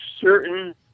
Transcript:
certain